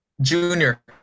junior